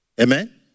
Amen